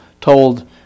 told